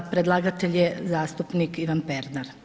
Predlagatelj je zastupnik Ivan Pernar.